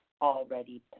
already